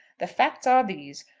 the facts are these.